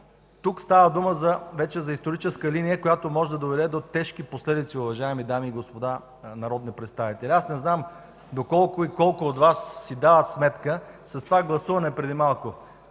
тук става дума вече за историческа линия, която може да доведе до тежки последици, уважаеми дами и господа народни представители. Аз не знам до колко и колко от Вас си дават сметка с това гласуване преди малко